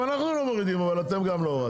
גם אנחנו לא מורידים, אבל אתם גם לא הורדתם.